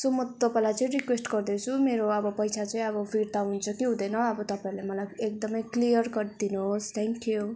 so म तपाईँलाई चाहिँ रिक्वेस्ट गर्दैछु मेरो अब पैसा चाहिँ फिर्ता हुन्छ कि हुँदैन अब तपाईँहरूले मलाई एकदमै क्लियर कट दिनुहोस् थ्याङ्क यू